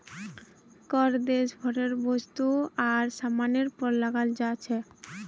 कर देश भरेर वस्तु आर सामानेर पर लगाल जा छेक